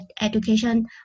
education